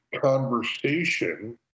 conversation